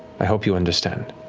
i hope you understand.